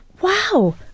wow